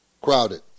crowded